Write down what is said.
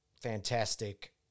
fantastic